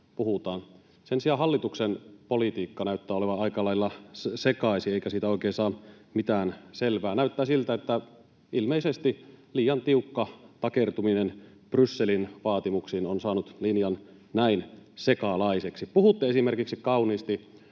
Sen sijaan hallituksen politiikka näyttää olevan aika lailla sekaisin, eikä siitä oikein saa mitään selvää. Näyttää siltä, että ilmeisesti liian tiukka takertuminen Brysselin vaatimuksiin on saanut linjan näin sekalaiseksi. Puhutte esimerkiksi kauniisti